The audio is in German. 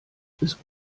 bis